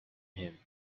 him